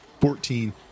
Fourteen